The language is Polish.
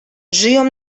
żyją